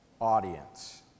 audience